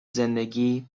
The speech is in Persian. زندگی